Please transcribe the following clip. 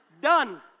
Done